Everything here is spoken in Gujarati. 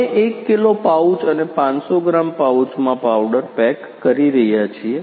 અમે 1 કિલો પાઉચ અને 500 ગ્રામ પાઉચમાં પાવડર પેક કરી રહ્યા છીએ